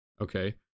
okay